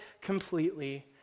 completely